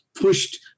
pushed